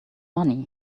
money